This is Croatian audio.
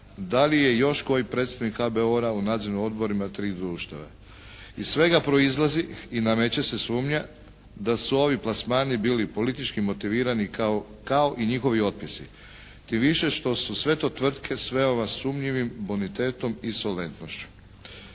da li je još koji predstavnik HBOR-a u nadzornim odborima tih društava. Iz svega proizlazi i nameće se sumnja da su ovi plasmani bili politički motivirani kao i njihovi otpisi tim više što su sve to tvrtke s veoma sumnjivim bonitetom i solventnošću.